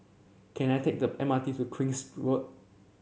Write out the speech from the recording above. can I take the M R T to Queen's Road